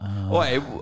Wait